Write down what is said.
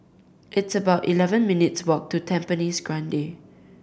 it's about eleven minutes' walk to Tampines Grande